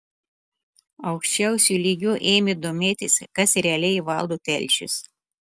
aukščiausiu lygiu ėmė domėtis kas realiai valdo telšius